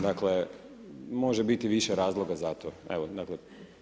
Dakle, može biti više razloga za to.